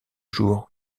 jour